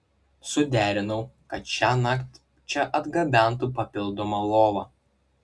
suderinau kad šiąnakt čia atgabentų papildomą lovą